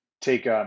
take